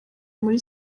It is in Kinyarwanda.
muri